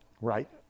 right